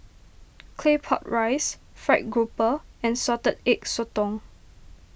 Claypot Rice Fried Grouper and Salted Egg Sotong